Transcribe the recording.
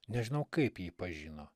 nežinau kaip jį pažino